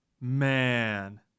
Man